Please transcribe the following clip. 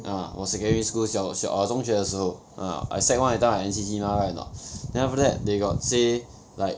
ah 我 secondary school 小小 err 中学的时候 ah sec one that time I N_C_C ah right anot then after that they got say like